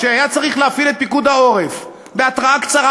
כשהיה צריך להפעיל את פיקוד העורף בהתראה קצרה,